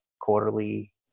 quarterly